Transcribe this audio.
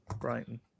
Brighton